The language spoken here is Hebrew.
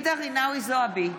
ג'ידא רינאוי זועבי,